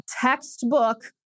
textbook